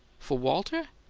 for walter?